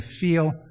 feel